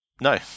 No